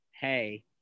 Hey